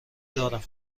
دارم